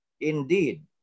indeed